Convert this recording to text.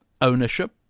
ownership